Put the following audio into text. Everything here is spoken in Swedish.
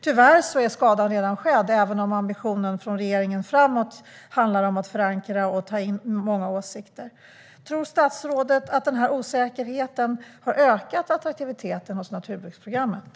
Tyvärr är skadan redan skedd, även om regeringens ambition framåt handlar om att förankra och ta in många åsikter. Tror statsrådet att denna osäkerhet har ökat attraktiviteten hos naturbruksprogrammet?